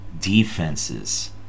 defenses